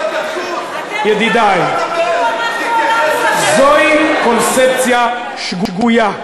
ידידי, זוהי קונספציה שגויה,